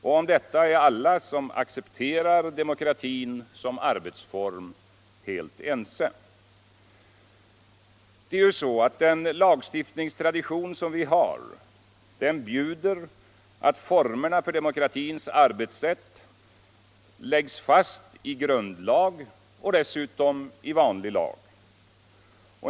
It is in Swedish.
Om detta är alla som accepterar demokratin som arbetsform ense. Den lagstiftningstradition vi har bjuder att formerna för demokratins arbetssätt fastlägges i grundlag och i vanlig lag.